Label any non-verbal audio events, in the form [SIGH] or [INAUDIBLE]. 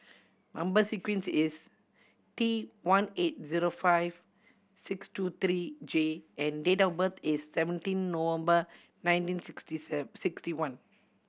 number sequence is T one eight zero five six two three J and date of birth is seventeen November nineteen sixty [UNINTELLIGIBLE] sixty one